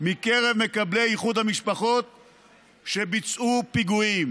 מקרב מקבלי איחוד המשפחות שביצעו פיגועים.